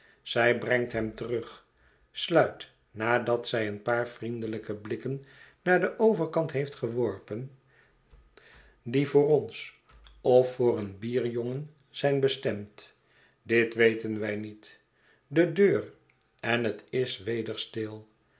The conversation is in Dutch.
zij brengt hem terug sluit nadat zij een paar vriendelijke blikken naar den overkant heeft geworpen die voor ons of voor den bierjongen zijn bestemd dit weten wij niet de deur en het is weder stil